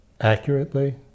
accurately